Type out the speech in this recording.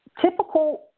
typical